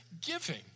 giving